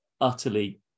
utterly